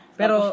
pero